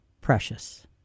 precious